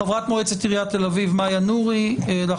חברת מועצת עיריית תל-אביב מאיה נורי, בבקשה.